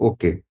Okay